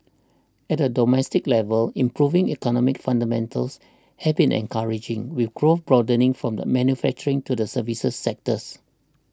at a domestic level improving economic fundamentals have been encouraging with growth broadening from the manufacturing to the services sectors